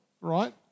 right